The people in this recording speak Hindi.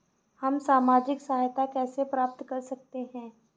हम सामाजिक सहायता कैसे प्राप्त कर सकते हैं?